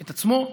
של עצמו,